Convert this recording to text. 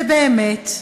ובאמת,